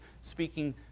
speaking